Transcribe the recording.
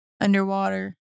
underwater